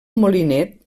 molinet